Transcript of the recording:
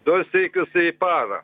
du sykius į parą